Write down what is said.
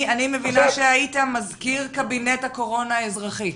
אני מבינה שהיית מזכיר קבינט הקורונה האזרחי.